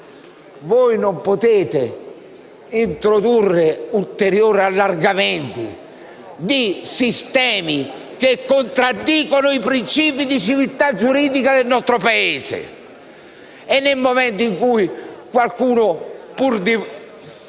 voi non potete introdurre ulteriori allargamenti di sistemi che contraddicono i principi di civiltà giuridica del nostro Paese. E quando qualcuno, pur di